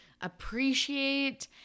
appreciate